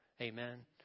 Amen